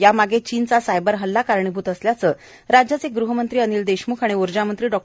यामागे चीनचा सायबर हल्ला कारणीभूत असल्याचे राज्याचे गृहमंत्री अनिल देशमूख आणि उर्जामंत्री डॉ